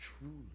truly